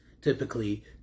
typically